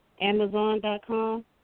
Amazon.com